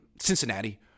Cincinnati